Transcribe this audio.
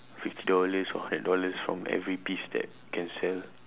fifty dollars or hundred dollars from every piece that can sell